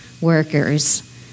workers